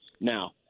Now